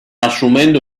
assumendo